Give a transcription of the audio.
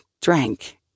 drank